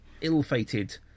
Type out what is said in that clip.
ill-fated